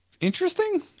interesting